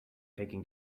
taking